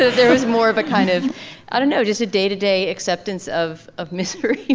there was more of a kind of i don't know just a day to day acceptance of of mr.